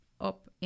up